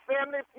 Family